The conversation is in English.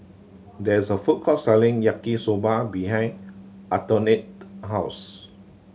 there is a food court selling Yaki Soba behind Antoinette house